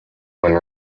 when